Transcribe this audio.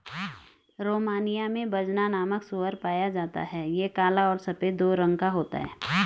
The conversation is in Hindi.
रोमानिया में बजना नामक सूअर पाया जाता है यह काला और सफेद दो रंगो का होता है